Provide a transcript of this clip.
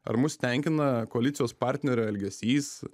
ar mus tenkina koalicijos partnerio elgesys